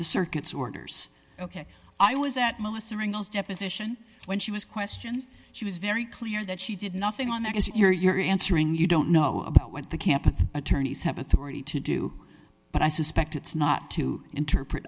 the circuit's orders ok i was at most arenas deposition when she was question she was very clear that she did nothing on that is your your answering you don't know about what the camp attorneys have authority to do but i suspect it's not to interpret